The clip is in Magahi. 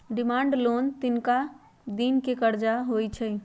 डिमांड लोन तनका दिन के करजा होइ छइ